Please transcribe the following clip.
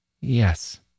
yes